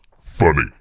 funny